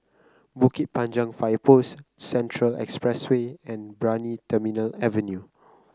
Bukit Panjang Fire Post Central Expressway and Brani Terminal Avenue